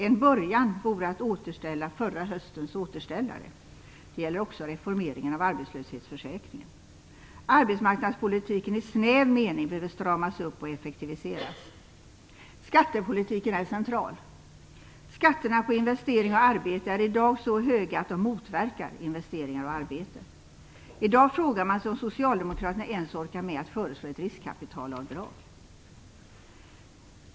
En början vore att återställa förra höstens återställare. Det gäller också reformeringen av arbetslöshetsförsäkringen. Arbetsmarknadspolitiken i snäv mening behöver stramas upp och effektiviseras. Skattepolitiken är central. Skatterna på investering och arbete är i dag så höga att de motverkar investeringar och arbete. I dag frågar man sig om socialdemokraterna ens orkar med att föreslå ett riskkapitalavdrag.